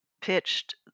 pitched